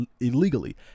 illegally